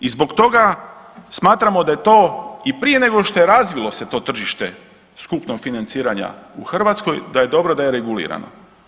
I zbog toga smatramo da je to i prije nego što je razvilo se to tržište skupnog financiranja u Hrvatskoj, da je dobro da je regulirano.